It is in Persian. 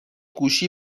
گوشی